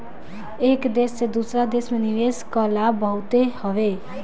एक देस से दूसरा देस में निवेश कअ लाभ बहुते हवे